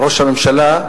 ראש הממשלה,